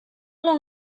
long